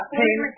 pain